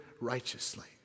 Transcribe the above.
righteously